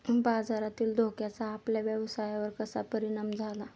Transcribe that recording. बाजारातील धोक्याचा आपल्या व्यवसायावर कसा परिणाम झाला?